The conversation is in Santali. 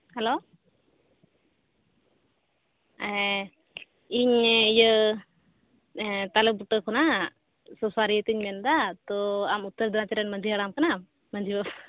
ᱦᱮᱞᱳ ᱦᱮᱸ ᱤᱧ ᱤᱭᱟᱹ ᱦᱮᱸ ᱛᱟᱞᱮ ᱵᱩᱴᱟᱹ ᱠᱷᱚᱱᱟᱜ ᱥᱩᱥᱟᱹᱨᱤᱭᱟᱹ ᱛᱤᱧ ᱢᱮᱱ ᱮᱫᱟ ᱛᱚ ᱟᱢ ᱩᱛᱛᱚᱨᱫᱤᱱᱟᱡ ᱨᱮᱱ ᱢᱟᱺᱡᱷᱤ ᱦᱟᱲᱟᱢ ᱠᱟᱱᱟᱢ ᱢᱟᱺᱡᱷᱤ